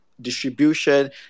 distribution